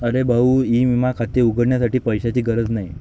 अरे भाऊ ई विमा खाते उघडण्यासाठी पैशांची गरज नाही